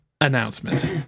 announcement